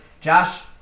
Josh